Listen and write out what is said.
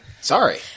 Sorry